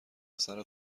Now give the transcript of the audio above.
پسر